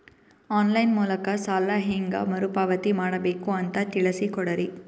On line ಮೂಲಕ ಸಾಲ ಹೇಂಗ ಮರುಪಾವತಿ ಮಾಡಬೇಕು ಅಂತ ತಿಳಿಸ ಕೊಡರಿ?